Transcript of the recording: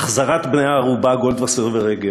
"החזרת בני-הערובה" גולדווסר ורגב,